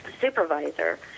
supervisor